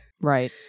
Right